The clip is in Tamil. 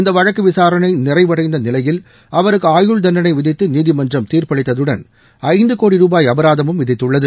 இந்த வழக்கு விசாரணை நிறைவடைந்த நிலையில் அவருக்கு ஆயுள் தண்டனை விதித்து நீதிமன்றம் தீர்ப்பளித்ததடன் ஐந்து கோடி ரூபாய் அபராதமும் விதித்துள்ளது